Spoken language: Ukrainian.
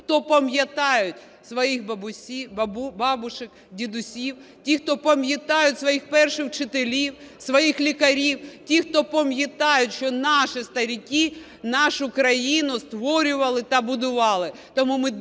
хто пам'ятають своїх бабусь, дідусів, ті, хто пам'ятають своїх перших вчителів, своїх лікарів, ті, хто пам'ятають, що наші старики нашу країну створювали та будували. Тому ми дуже вас